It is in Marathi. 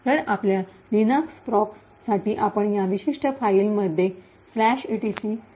तर आपल्या लिनक्स प्रॉक्स साठी आपण या विशिष्ट फाईलमध्ये etcsysctl